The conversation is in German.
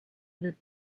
wird